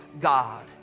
God